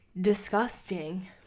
disgusting